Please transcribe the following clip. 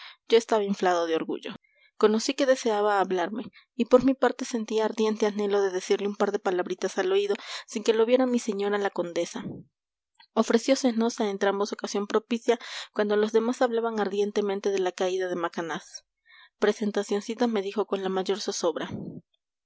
yo estaba inflado de orgullo conocí que deseaba hablarme y por mi parte sentía ardiente anhelo de decirle un par de palabritas al oído sin que lo viera mi señora la condesa ofreciósenos a entrambos ocasión propicia cuando los demás hablaban ardientemente de la caída de macanaz presentacioncita me dijo con la mayor zozobra